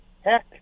heck